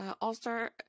all-star